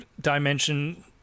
dimension